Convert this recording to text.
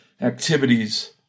activities